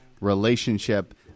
relationship